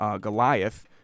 Goliath